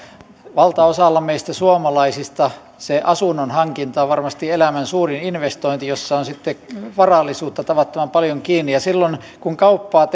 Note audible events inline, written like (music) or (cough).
valtaosalla meistä suomalaisista se asunnon hankinta on varmasti elämän suurin investointi jossa on sitten varallisuutta tavattoman paljon kiinni ja silloin kun kauppaa (unintelligible)